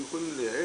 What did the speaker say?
הם יכולים לייעץ,